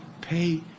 pay